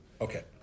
Okay